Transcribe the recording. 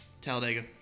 Talladega